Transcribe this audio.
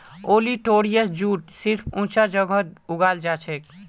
olitorius jute सिर्फ ऊंचा जगहत उगाल जाछेक